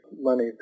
money